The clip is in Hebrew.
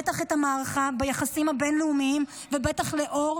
בטח את המערכה ביחסים הבין-לאומיים ובטח לנוכח